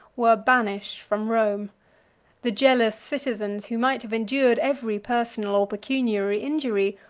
were banished from rome the jealous citizens, who might have endured every personal or pecuniary injury,